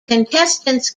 contestants